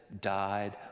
died